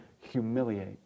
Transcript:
humiliate